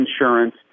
insurance